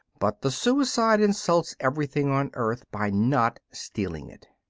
but the suicide insults everything on earth by not stealing it.